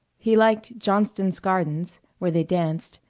he liked johnston's gardens where they danced,